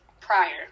prior